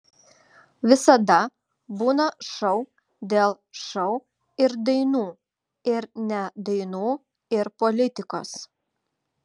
visada būna šou dėl šou ir dainų ir ne dainų ir politikos